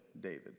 David